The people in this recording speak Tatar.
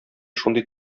шундый